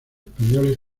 españoles